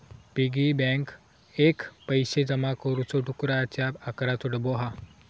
piggy bank एक पैशे जमा करुचो डुकराच्या आकाराचो डब्बो हा